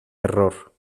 error